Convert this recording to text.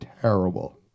terrible